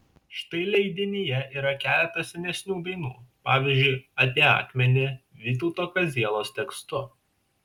štai leidinyje yra keletas senesnių dainų pavyzdžiui apie akmenį vytauto kazielos tekstu